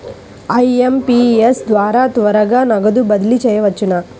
IMPS ద్వారా త్వరగా నగదు బదిలీ చేయవచ్చునా?